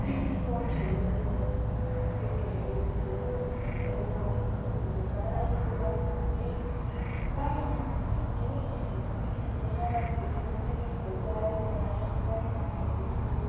स्पोर्ट्सहरू जुन हुनु क्रिकेटहरू त्यसरी खेल्ने गर्थ्यौँ जुनहरू तर अहिलेको जमानामा चाहिँ प्राय नानीहरूले चाहिँ उयोहरू मात्रै खेल्छ मोबाइल्सहरू तिर मात्रै गेम्स खेल्छ जता पनि प्राय नानीहरू हेर्छु